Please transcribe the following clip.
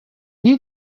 need